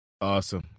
awesome